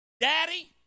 daddy